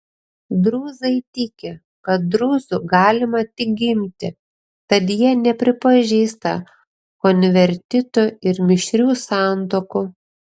drūzai tiki kad drūzu galima tik gimti tad jie nepripažįsta konvertitų ir mišrių santuokų